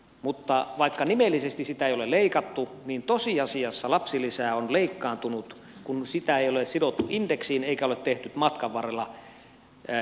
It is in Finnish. mutta vaikka nimellisesti sitä ei ole leikattu niin tosiasiassa lapsilisä on leikkaantunut kun sitä ei ole sidottu indeksiin eikä ole tehty matkan varrella inflaatiotarkistuksia